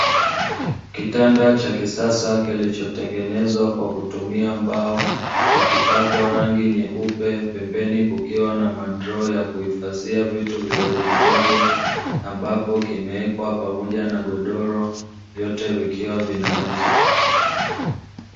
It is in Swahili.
Kitanda cha kisasa kilichotengenezwa kwa kutumia mbao. Kikipakwa rangi nyeupe, pembeni kukiwa na madroo ya kuhifadhia vitu vidogo vidogo, ambapo kimewekwa pamoja na godoro vyote vikiwa vinauzwa.